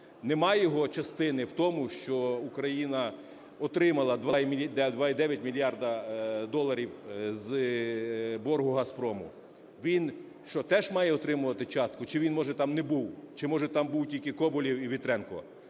немає його частини в тому, що Україна отримала 2,9 мільярда доларів з боргу "Газпрому"? Він що, теж має отримувати частку? Чи він може там не був? Чи може там були тільки Коболєв і Вітренко?